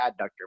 adductor